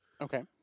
Okay